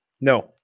No